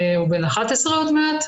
הוא בן 11 עוד מעט.